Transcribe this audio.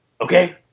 Okay